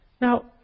Now